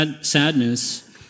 sadness